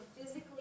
physically